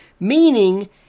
Meaning